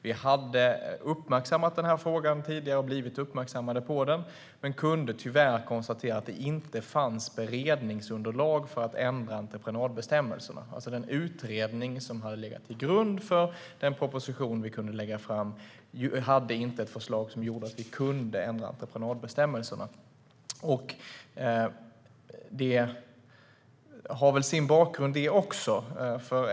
Vi hade uppmärksammat frågan tidigare och blivit uppmärksammade på den, men kunde tyvärr konstatera att det inte fanns beredningsunderlag för att ändra entreprenadbestämmelserna. Den utredning som hade legat till grund för den proposition vi kunde lägga fram hade alltså inte något förslag som gjorde att vi kunde ändra entreprenadbestämmelserna. Detta har väl sin bakgrund det också.